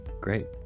Great